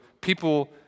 people